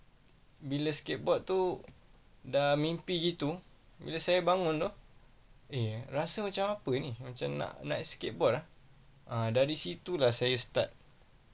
bila skateboard tu dah mimpi itu bila saya bangun oh eh rasa macam apa ni macam nak nak skateboard ah ah dari situlah saya start